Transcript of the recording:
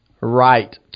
right